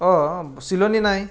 অঁ চিলনি নাই